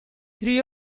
three